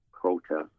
protest